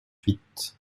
huit